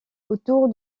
autour